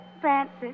Francis